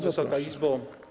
Wysoka Izbo!